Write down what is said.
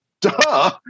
Duh